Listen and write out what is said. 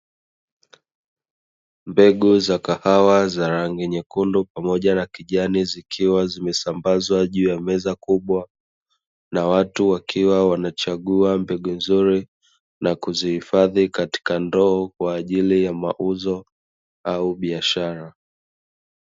Mbegu za kahawa za rangi nyekundu pamoja na kijani, zikiwa zimesambazwa juu ya meza kubwa na watu, wakiwa wanachambua mbegu kubwa nzuri na kuzihifadhi kartika ndoo kwa ajili ya mauzo au biashara.